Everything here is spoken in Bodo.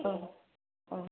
औ औ